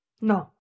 No